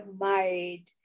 married